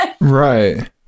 Right